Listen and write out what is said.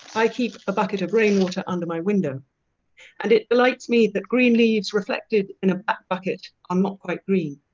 i keep a bucket of rain water under my window and it delights me that green leaves reflected in a bucket are not quite green.